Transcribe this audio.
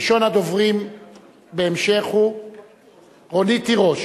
ראשון הדוברים בהמשך הוא רונית תירוש.